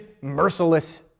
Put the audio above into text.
merciless